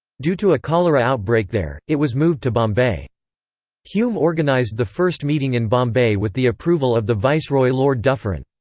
due to a cholera outbreak there, it was moved to bombay hume organised the first meeting in bombay with the approval of the viceroy lord dufferin.